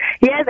Yes